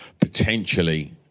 potentially